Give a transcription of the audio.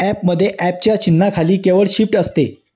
ॲपमध्ये ॲपच्या चिन्हाखाली केवळ शिफ्ट असते